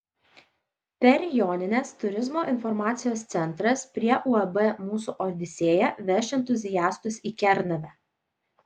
per jonines turizmo informacijos centras prie uab mūsų odisėja veš entuziastus į kernavę